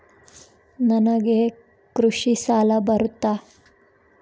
ನನಗೆ ಕೃಷಿ ಸಾಲ ಬರುತ್ತಾ?